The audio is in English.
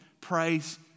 Praise